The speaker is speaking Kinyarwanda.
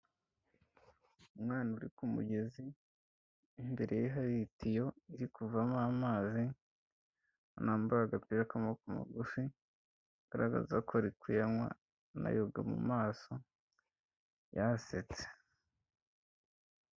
Umwana uri ku mugezi, imbere ye hari itiyo iri kuvamo amazi, umwana wambaye agapira k'amakoboko magufi, agaragaza ko ri kuyanywa anayoga mu maso yasetse.